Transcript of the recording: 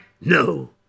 No